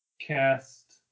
cast